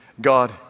God